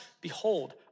Behold